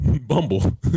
Bumble